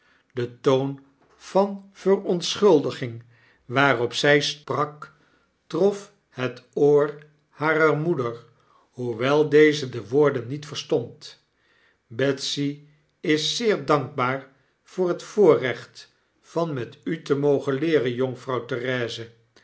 de toon van verontschuldiging waarop zy sprak trof het oor harer moeder hoewel deze de woorden niet verstond betsy is zeer dankbaar voor het voorrecht van met u te mogen leeren